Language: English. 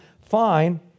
fine